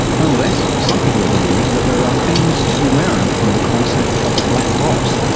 nonetheless, some people believe that there are things to be learned from the concept of the black box,